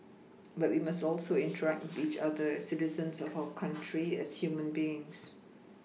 but we must also interact each other as citizens of our country as human beings